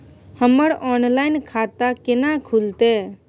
हमर ऑनलाइन खाता केना खुलते?